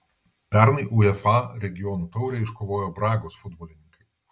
pernai uefa regionų taurę iškovojo bragos futbolininkai